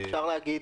אפשר להגיד